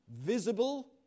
visible